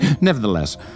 nevertheless